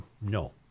No